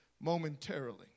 momentarily